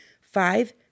five